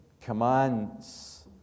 commands